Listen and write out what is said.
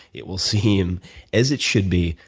it will seem as it should be.